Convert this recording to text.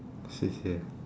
C_C_A